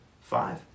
five